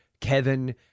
Kevin